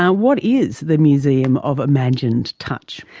ah what is the museum of imagined touch?